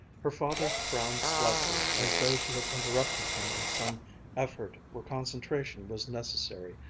her father frowned slightly, as though she had interrupted him in some effort where concentration was necessary,